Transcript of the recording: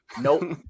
Nope